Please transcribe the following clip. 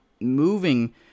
moving